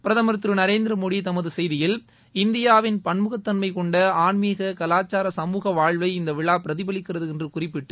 பிரதமர் திரு நரேந்திரமோடி தமது செய்தியில் இந்தியாவின் பன்முகத்தன்மை கொண்ட ஆன்மீக கலாச்சார சமூக வாழ்வை இந்த விழா பிரதிபலிக்கிறது என்று குறிப்பிட்டு